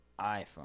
iPhone